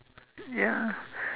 ya